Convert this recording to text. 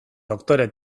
doktore